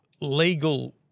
legal